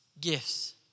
gifts